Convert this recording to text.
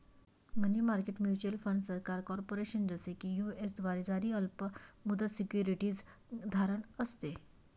मनी market mutual fund सरकार, corporation, जसे की यू.एस द्वारे जारी अल्प मुदत सिक्युरिटीज धारण असते